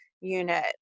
unit